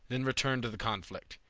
then returned to the conflict.